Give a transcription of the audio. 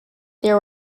there